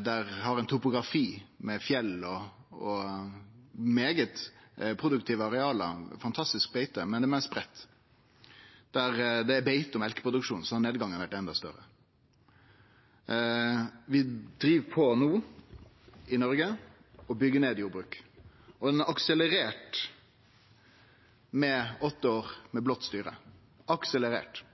der ein har ein topografi med fjell og svært produktive areal med fantastisk beite, men der det er meir spreidd, der det er beite- og mjølkeproduksjon – har nedgangen vore enda større. Ein driv no og byggjer ned jordbruk i Noreg, og det har akselerert under åtte år med blått styre. Det har akselerert.